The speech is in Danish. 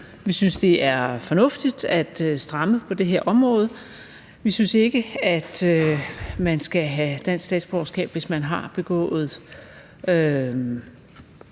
Vi synes, det er fornuftigt at stramme på det her område. Vi synes ikke, at man skal have dansk statsborgerskab, hvis man har begået